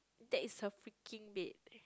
that is her freaking bed